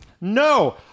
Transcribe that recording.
No